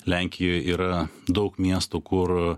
lenkijoj yra daug miestų kur